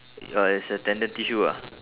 oh it's a tendon tissue ah